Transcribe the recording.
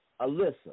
Alyssa